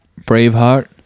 Braveheart